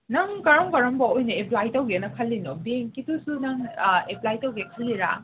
ꯅꯪ ꯀꯔꯝ ꯀꯔꯝꯕ ꯑꯣꯏꯅ ꯑꯦꯄ꯭ꯂꯥꯏ ꯇꯧꯒꯦꯅ ꯈꯜꯂꯤꯅꯣ ꯕꯦꯡꯀꯤꯗꯨꯁꯨ ꯅꯪ ꯑꯦꯄ꯭ꯂꯥꯏ ꯇꯧꯒꯦ ꯈꯜꯂꯤꯔꯥ